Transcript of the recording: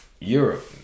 Europe